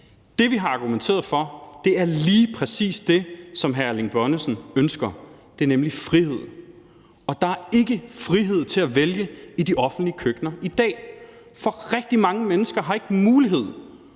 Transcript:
Det, vi har argumenteret for, er lige præcis det, som hr. Erling Bonnesen ønsker; det er nemlig frihed. Og der er ikke frihed til at vælge i de offentlige køkkener i dag, for rigtig mange mennesker har ikke mulighed